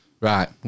Right